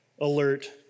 alert